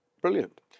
Brilliant